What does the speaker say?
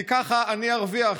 כי ככה אני ארוויח.